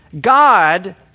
God